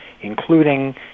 including